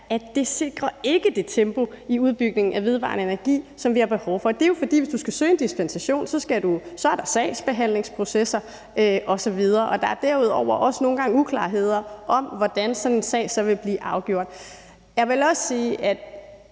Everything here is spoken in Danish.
at det ikke sikrer det tempo i udbygningen af vedvarende energi, som vi har behov for. Det er jo, fordi der, hvis du skal søge en dispensation, er sagsbehandlingsprocesser osv., og der er derudover også nogle gange uklarheder om, hvordan sådan en sag så vil blive afgjort. Jeg vil også sige, at